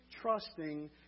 trusting